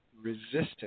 resistance